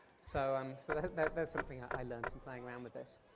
so um so there's something i learned in playing around with this.